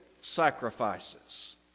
sacrifices